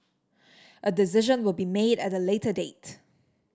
a decision will be made at a later date